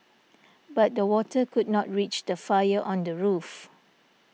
but the water could not reach the fire on the roof